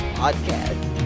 podcast